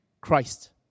Christ